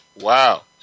Wow